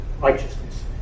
Righteousness